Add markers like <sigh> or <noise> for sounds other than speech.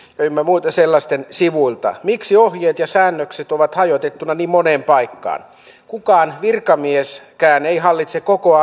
ynnä muiden sellaisten sivuilta miksi ohjeet ja säännökset ovat hajotettuina niin moneen paikkaan kukaan virkamieskään ei hallitse koko <unintelligible>